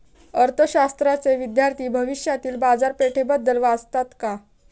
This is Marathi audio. अर्थशास्त्राचे विद्यार्थी भविष्यातील बाजारपेठेबद्दल वाचतात का?